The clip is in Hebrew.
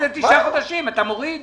לתעשייה זה תשעה חודשים ואתה מוריד להם.